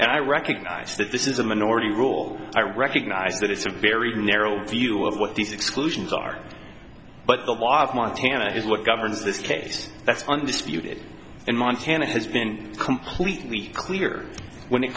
and i recognize that this is a minority rule i recognize that it's a very narrow view of what these exclusions are but the law of montana is what governs this case that's undisputed and montana has been completely clear when it